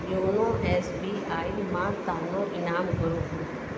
YONO S B I मां तानो इनाम घुरो